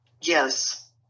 Yes